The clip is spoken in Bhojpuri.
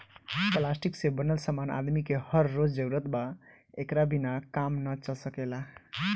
प्लास्टिक से बनल समान आदमी के हर रोज जरूरत बा एकरा बिना काम ना चल सकेला